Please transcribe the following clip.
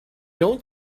don’t